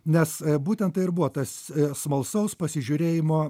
nes būtent tai ir buvo tas smalsaus pasižiūrėjimo